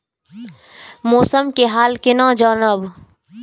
मौसम के हाल केना जानब?